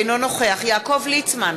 אינו נוכח יעקב ליצמן,